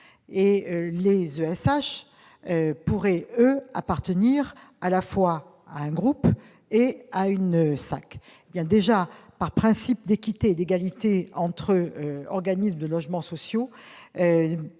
ESH, ils pourraient appartenir à la fois un groupe et à une SAC. Par principe d'équité et d'égalité entre organismes de logements sociaux,